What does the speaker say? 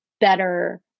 better